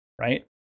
right